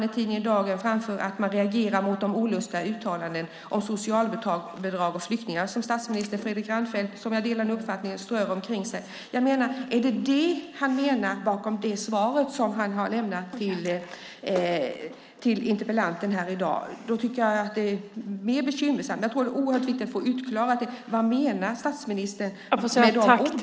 I tidningen Dagen framför man att man reagerar mot de olustiga uttalandena om socialbidrag och flyktingar som statsminister Fredrik Reinfeldt strör omkring sig. Om det är det han menar i det svar som han har lämnat till interpellanten här i dag tycker jag att det är bekymmersamt. Jag tror att det är oerhört viktigt att få utklarat vad statsministern menar med de orden.